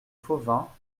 fauvins